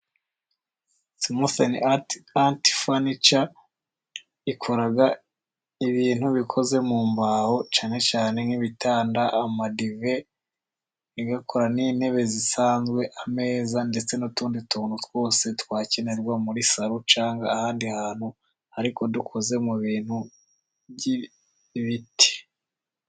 Simonteni ati fanica ikora ibintu bikoze mu mbaho, cyane cyane nk'ibitanda, amadive, igakora n'intebe zisanzwe, ameza ndetse n'utundi tuntu twose twakenerwa muri salo, cyangwa ahandi hantu ariko dukoze mu bintu by'ibiti.